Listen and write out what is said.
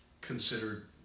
considered